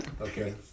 okay